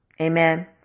Amen